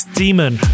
demon